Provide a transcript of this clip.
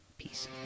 Peace